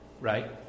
Right